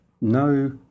no